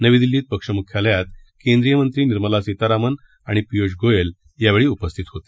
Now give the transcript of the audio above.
नवी दिल्लीत पक्ष मुख्यालयात केंद्रींय मंत्री निर्मला सीतारामन आणि पीयुष गोयल यावेळी उपस्थितीत होते